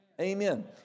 Amen